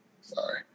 Sorry